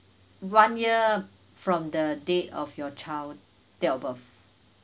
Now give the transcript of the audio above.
one year from the date of your child date of birth